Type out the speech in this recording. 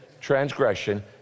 transgression